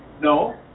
No